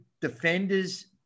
defenders